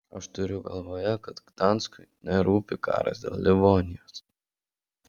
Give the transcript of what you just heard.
aš turiu galvoje kad gdanskui nerūpi karas dėl livonijos